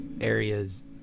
areas